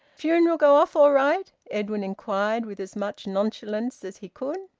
funeral go off all right? edwin inquired with as much nonchalance as he could.